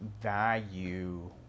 value